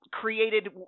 created